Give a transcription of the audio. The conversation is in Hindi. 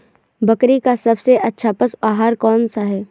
बकरी का सबसे अच्छा पशु आहार कौन सा है?